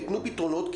תיתנו פתרונות,